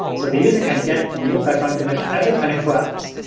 so the user can get a new background image every twenty four hours.